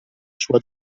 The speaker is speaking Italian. sua